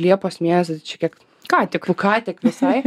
liepos mėnesį čia kiek ką tik ką tik visai